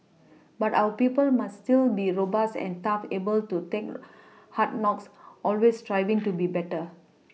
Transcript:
but our people must still be robust and tough able to take hard knocks always striving to be better